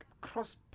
cross